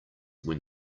when